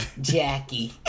Jackie